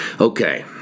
Okay